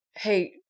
hey